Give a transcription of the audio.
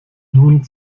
nun